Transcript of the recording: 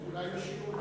אולי יושיבו,